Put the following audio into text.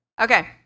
Okay